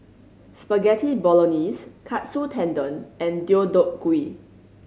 Spaghetti Bolognese Katsu Tendon and Deodeok Gui